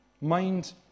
mind